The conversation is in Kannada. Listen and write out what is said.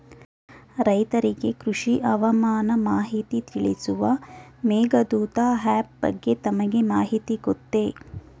ರೈತರಿಗೆ ಕೃಷಿ ಹವಾಮಾನ ಮಾಹಿತಿ ತಿಳಿಸುವ ಮೇಘದೂತ ಆಪ್ ಬಗ್ಗೆ ತಮಗೆ ಮಾಹಿತಿ ಗೊತ್ತೇ?